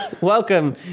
Welcome